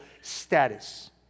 status